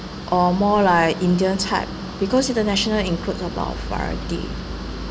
or more like indian type because international include about